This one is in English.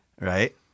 Right